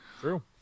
true